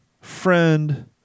friend